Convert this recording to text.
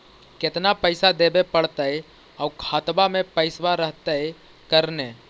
केतना पैसा देबे पड़तै आउ खातबा में पैसबा रहतै करने?